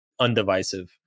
undivisive